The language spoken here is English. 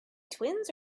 twins